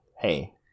Hey